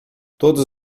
todos